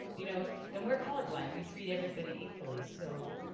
you know and we're colorblind, we treat everybody equally. so,